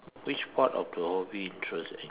which part of the hobby interest in